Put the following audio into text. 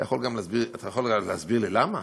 אתה יכול להסביר לי למה?